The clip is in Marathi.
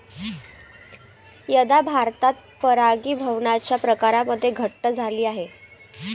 यंदा भारतात परागीभवनाच्या प्रकारांमध्ये घट झाली आहे